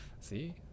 See